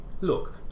look